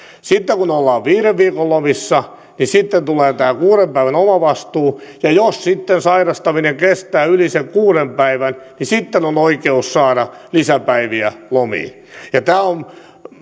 sitten kun ollaan viiden viikon lomissa niin tulee tämä kuuden päivän omavastuu ja jos sitten sairastaminen kestää yli sen kuuden päivän niin sitten on oikeus saada lisäpäiviä lomiin tämä on